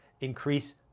increase